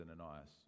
Ananias